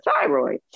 thyroid